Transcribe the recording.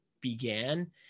began